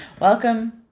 Welcome